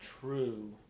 true